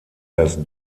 das